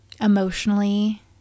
emotionally